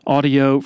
Audio